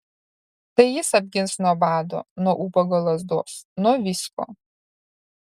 tai jis apgins nuo bado nuo ubago lazdos nuo visko